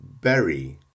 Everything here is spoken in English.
berry